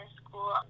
school